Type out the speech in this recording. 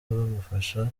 bamufasha